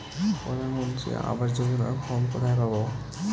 প্রধান মন্ত্রী আবাস যোজনার ফর্ম কোথায় পাব?